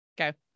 okay